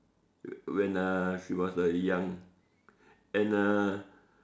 when uh she was uh young and uh